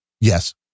Yes